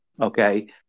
okay